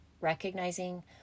recognizing